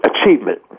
achievement